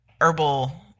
herbal